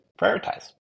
prioritize